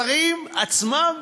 השרים עצמם,